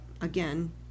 again